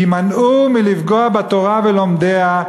יימנעו מלפגוע בתורה ובלומדיה,